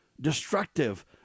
destructive